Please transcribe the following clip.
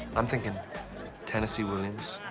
i'm thinkin' tennessee williams,